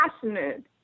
passionate